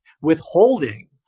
Withholding